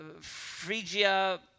Phrygia